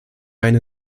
eine